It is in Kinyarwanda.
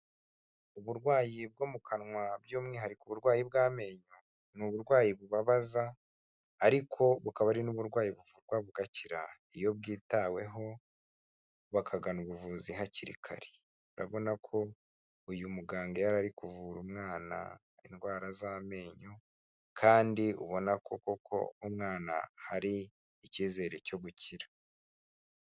Uburwayi bwo mu kanwa by'umwihariko uburwayi bw'amenyo, ni uburwayi bubabaza, ariko bukaba ari n'uburwayi buvurwa bugakira, iyo bwitaweho bakagana ubuvuzi hakiri kare, urabona ko uyu muganga yari ari kuvura umwana indwara z'amenyo, kandi ubona koko ko umwana hari icyizere cyo gukira.